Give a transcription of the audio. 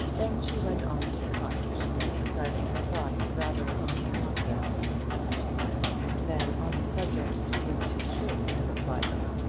then she went on to the cottage, exercising her thoughts rather on the contrast between the two men than on the subject to which she should have applied them.